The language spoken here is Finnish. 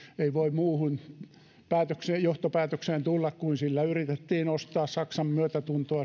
ei voi muuhun johtopäätökseen tulla kuin että sillä yritettiin ostaa saksan myötätuntoa